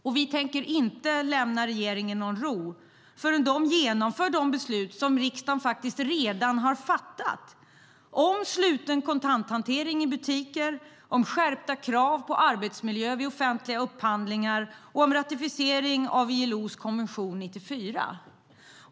Och vi tänker inte lämna regeringen någon ro förrän de genomför de beslut som riksdagen faktiskt redan har fattat om sluten kontanthantering i butiker, om skärpta krav på arbetsmiljö vid offentliga upphandlingar och om ratificering av ILO:s konvention 94.